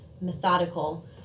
methodical